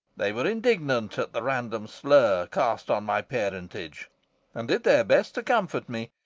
they were indignant at the random slur cast on my parentage and did their best to comfort me,